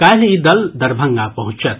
काल्हि ई दल दरभंगा पहुंचत